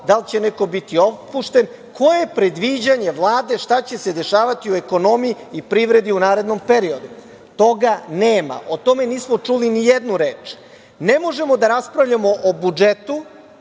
da li će neko biti otpušten, koje je predviđanje Vlade šta će se dešavati u ekonomiji i privredi u narednom periodu. Toga nema. O tome nismo čuli nijednu reč. Ne možemo da raspravljamo o budžetu,